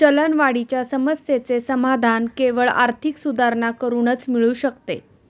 चलनवाढीच्या समस्येचे समाधान केवळ आर्थिक सुधारणा करूनच मिळू शकते